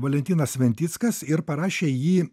valentinas sventickas ir parašė jį